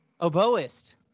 Oboist